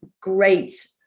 great